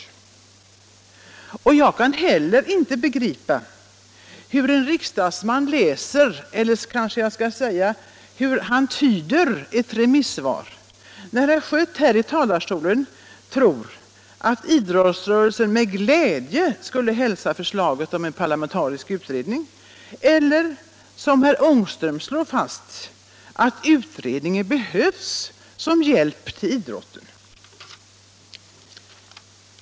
Jag kan heller inte begripa hur en riksdagsman tyder ett remissvar, när herr Schött i talarstolen förklarar att han tror att idrottsrörelsen med glädje skulle hälsa förslaget om en parlamentarisk utredning eller när herr Ångström slår fast att utredningen behövs som hjälp till idrotten.